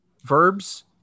Verbs